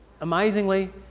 amazingly